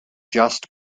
just